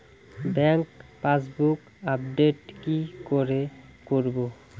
Bank passbook update কি করে করবো?